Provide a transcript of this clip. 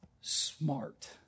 smart